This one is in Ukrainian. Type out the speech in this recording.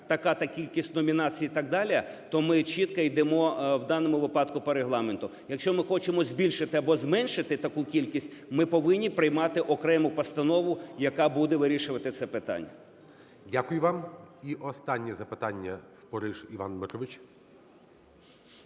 така-то кількість номінацій і так далі, то ми чітко йдемо в даному випадку по Регламенту. Якщо ми хочемо збільшити або зменшити таку кількість, ми повинні приймати окрему постанову, яка буде вирішувати це питання. ГОЛОВУЮЧИЙ. Дякую вам. І останнє запитання - Спориш Іван Дмитрович.